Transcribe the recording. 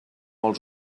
els